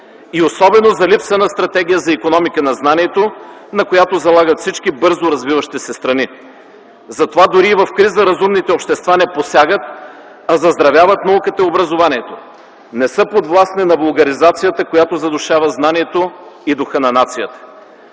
и особено за липса на стратегия за икономика на знанието, на която залагат всички бързо развиващи се страни. Затова дори и в криза разумните общества не посягат, а заздравяват науката и образованието, не са подвластни на вулгаризацията, която задушава знанието и духа на нацията.